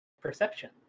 perception